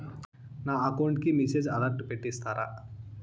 నా అకౌంట్ కి message alert పెట్టిస్తారా